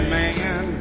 man